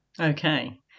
Okay